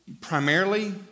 primarily